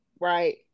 right